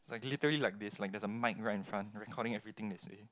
it's like literally like this like there's a mic right in front recording everything they say